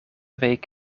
week